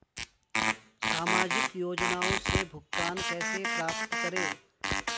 सामाजिक योजनाओं से भुगतान कैसे प्राप्त करें?